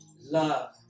love